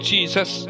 Jesus